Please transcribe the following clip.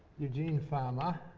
eugene fama